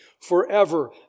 forever